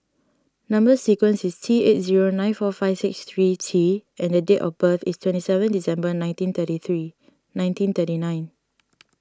Number Sequence is T eight zero nine four five six three T and date of birth is twenty seven December nineteen thirty three nineteen thirty nine